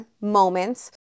moments